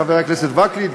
חבר הכנסת וקנין,